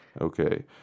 Okay